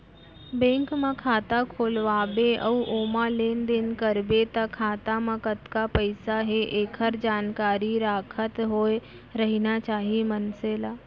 bank म खाता खोलवा बे अउ ओमा लेन देन करबे त खाता म कतका पइसा हे एकर जानकारी राखत होय रहिना चाही मनसे ल